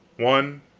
one,